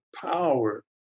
power